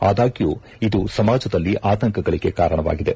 ಆದಾಗ್ಯೂ ಇದು ಸಮಾಜದಲ್ಲಿ ಆತಂಕಗಳಿಗೆ ಕಾರಣವಾಗಿದೆ